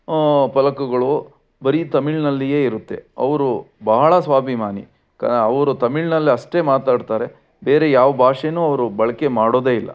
ಫಲಕಗಳು ಬರೀ ತಮಿಳ್ನಲ್ಲಿಯೇ ಇರುತ್ತೆ ಅವರು ಭಾಳ ಸ್ವಾಭಿಮಾನಿ ಕ್ ಅವರು ತಮಿಳ್ನಲ್ಲಿ ಅಷ್ಟೇ ಮಾತಾಡ್ತಾರೆ ಬೇರೆ ಯಾವ ಭಾಷೇನೂ ಅವರು ಬಳಕೆ ಮಾಡೋದೇ ಇಲ್ಲ